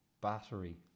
battery